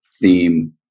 theme